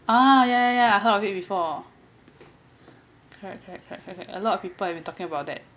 ah yeah yeah yeah heard of it before correct correct correct correct a lot of people talking about that